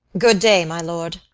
good day, my lord.